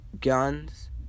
guns